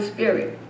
Spirit